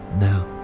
Now